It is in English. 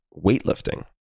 weightlifting